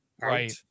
right